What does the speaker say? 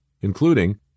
including